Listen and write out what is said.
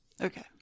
Okay